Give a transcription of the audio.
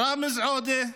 ראמז עודה,